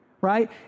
right